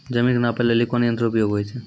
जमीन के नापै लेली कोन यंत्र के उपयोग होय छै?